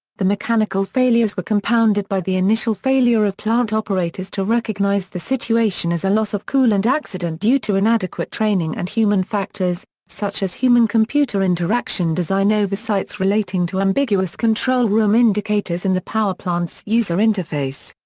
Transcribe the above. the mechanical failures were compounded by the initial failure of plant operators to recognize the situation as a loss-of-coolant accident due to inadequate training and human factors, such as human-computer interaction design oversights relating to ambiguous control room indicators in the power plant's user interface.